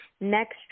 next